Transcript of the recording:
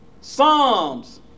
Psalms